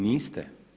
Niste.